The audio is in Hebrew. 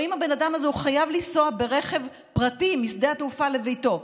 או אם הבן אדם הזה חייב לנסוע ברכב פרטי משדה התעופה לביתו,